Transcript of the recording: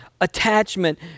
attachment